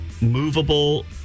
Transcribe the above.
movable